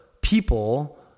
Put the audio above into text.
people